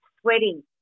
Sweating